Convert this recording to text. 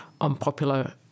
unpopular